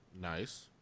Nice